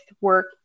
work